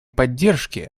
поддержки